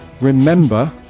remember